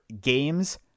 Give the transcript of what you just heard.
games